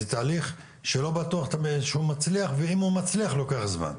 זה תהליך שאתה לא בטוח שהוא מצליח וגם אם הוא מצליח לוקח זמן.